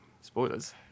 Spoilers